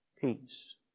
Peace